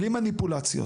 בלי מניפולציות,